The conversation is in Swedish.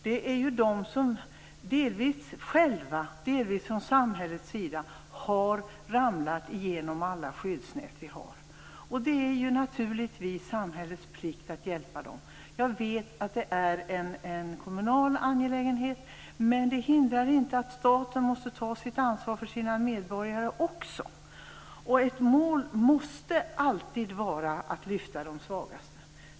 De har delvis själva skulden för att de har ramlat igenom alla skyddsnät, och delvis har samhället skulden för det. Det är naturligtvis samhällets plikt att hjälpa dem. Jag vet att det är en kommunal angelägenhet, men det hindrar inte att staten också måste ta sitt ansvar för sina medborgare. Ett mål måste alltid vara att lyfta fram de svagaste.